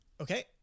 Okay